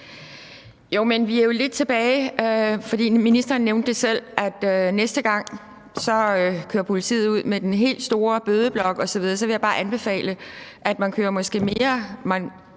vi er jo lidt tilbage til det, ministeren selv nævnte, altså at næste gang kører politiet ud med den helt store bødeblok osv. Så vil jeg bare anbefale, at man kommer